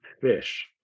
fish